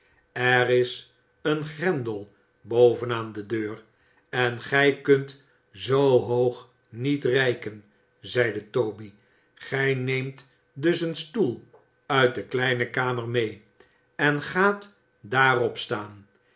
er is een grendel boven aan de deur en gij kunt zoo hoog niet reiken zeide toby gij neemt dus een stoel uit de kleine kamer mee en gaat daarop staan